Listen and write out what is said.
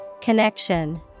Connection